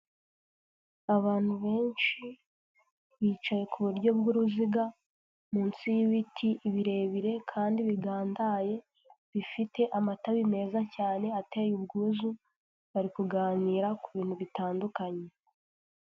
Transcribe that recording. Abantu benshi bicaye ku buryo bw'uruziga munsi y'ibiti birebire kandi bigandaye bifite amatabi meza cyane ateye ubwuzu, bari kuganira ku bintu bitandukanye.